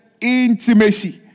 intimacy